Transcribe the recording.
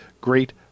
great